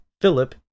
Philip